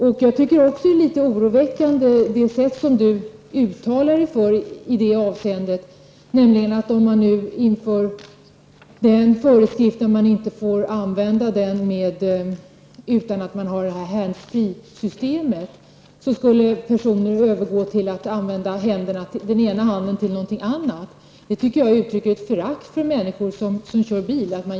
Det sätt som Sten-Ove Sundström uttalade sig på i det avseendet finner jag vara litet oroväckande, nämligen att om man inför föreskriften att man inte får använda mobiltelefoner utan handsfreeutrustning, skulle folk övergå till att använda den ena handen till något annat. Att säga att man genast skulle övergå till något annat tycker jag uttrycker ett förakt för människor som kör bil.